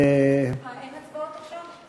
אין הצבעות עכשיו?